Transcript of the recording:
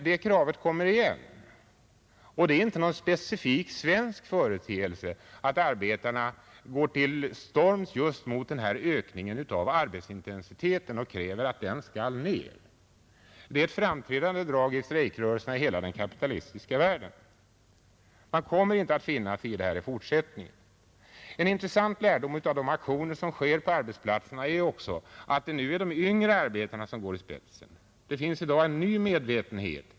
Detta krav kommer dock igen, och det är inte någon specifikt svensk företeelse att arbetarna går till storms just mot den här ökningen av arbetsintensiteten och kräver att den skall bringas ned. Det är ett framträdande drag i strejkrörelserna i hela den kapitalistiska världen. Man kommer inte att finna sig i det här i fortsättningen. En intressant lärdom av de aktioner som sker på arbetsplatserna är också att det nu är de yngre arbetarna som går i spetsen. Det finns i dag en ny medvetenhet.